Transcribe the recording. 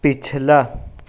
پچھلا